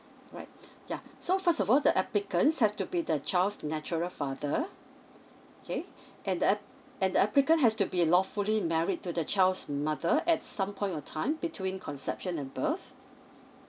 right yeah so first of all the applicants have to be the child's natural father okay and the app~ and the applicant has to be lawfully married to the child's mother at some point of time between conception above